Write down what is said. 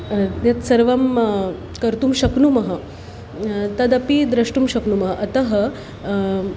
यत् सर्वं कर्तुं शक्नुमः तदपि द्रष्टुं शक्नुमः अतः